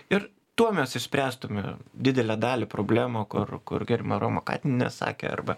ir tuo mes išspręstume didelę dalį problemų kur kur gerbiama roma katinienė sakė arba